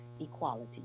equality